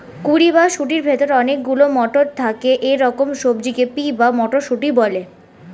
কুঁড়ি বা শুঁটির ভেতরে অনেক গুলো মটর থাকে এরকম সবজিকে পি বা মটরশুঁটি বলে